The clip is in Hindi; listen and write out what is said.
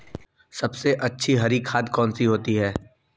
सबसे अच्छी हरी खाद कौन सी होती है?